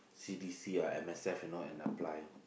C_D_C or M_S_F you know and apply